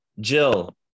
Jill